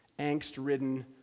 angst-ridden